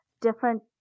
different